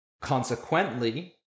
consequently